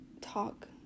talk